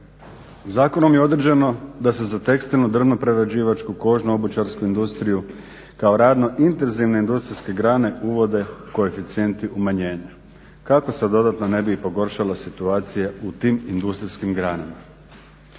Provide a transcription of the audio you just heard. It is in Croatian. Zakonom je određeno da se za tekstilnu, drvoprerađivačku, kožnu i obućarsku industriju kao radno intenzivne industrijske grane uvode koeficijenti umanjenja kako se ne bi dodatno pogoršala situacija u tim industrijskim granama.